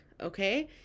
okay